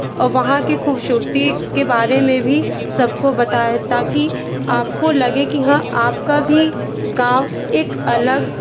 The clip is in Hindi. वहाँ के खूबसूरती के बारे में भी सबको बताए ताकि आपको लगे कि हाँ आपका भी गाँव एक अलग